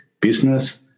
business